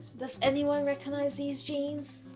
does anyone recognize these jeans